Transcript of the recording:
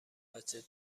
بچه